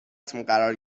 قرار